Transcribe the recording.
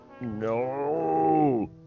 No